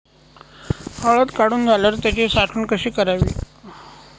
हळद काढून झाल्यावर त्याची साठवण कशी करावी?